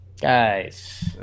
Guys